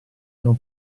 non